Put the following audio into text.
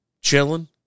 chilling